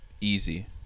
easy